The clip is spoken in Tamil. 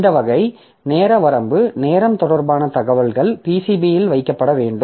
இந்த வகை நேர வரம்பு நேரம் தொடர்பான தகவல்கள் PCBயில் வைக்கப்பட வேண்டும்